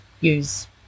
use